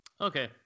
Okay